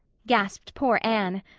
gasped poor anne.